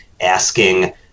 asking